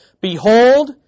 Behold